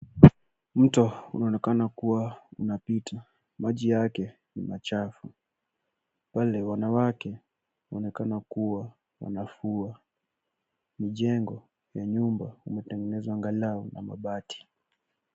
Mto unaonekana kuwa unapita. Maji yake ni machafu. Pale wanawake waonekana kuwa wanafua. Mjengo ya nyumba umetengenezwa angalau na mabati.